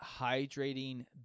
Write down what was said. hydrating